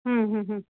हम्म हम्म हम्म